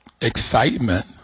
excitement